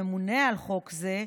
הממונה על חוק זה,